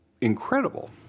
incredible